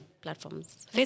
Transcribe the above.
platforms